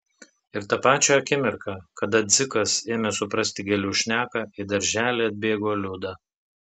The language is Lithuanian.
ir tą pačią akimirką kada dzikas ėmė suprasti gėlių šneką į darželį atbėgo liuda